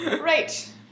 Right